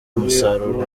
umusaruro